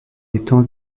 étant